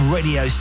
Radio